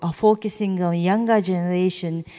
ah focusing a younger generation,